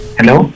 Hello